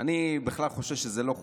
אני בכלל חושב שזה לא חוקי,